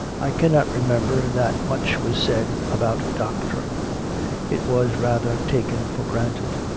i cannot remember that much was said about doctrine it was, rather, taken for granted.